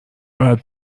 باید